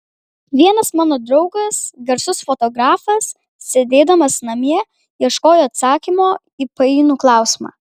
vienas mano draugas garsus fotografas sėdėdamas namie ieškojo atsakymo į painų klausimą